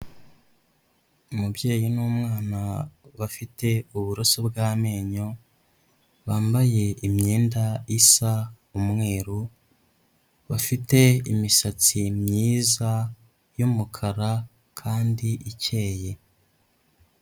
Umubyeyi n'umwana bafite uburoso bw'amenyo, bambaye imyenda isa umweru, bafite imisatsi myiza y'umukara kandi ikeye.